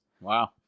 Wow